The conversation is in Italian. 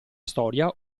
storia